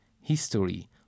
history